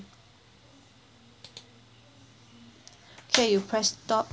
okay you press stop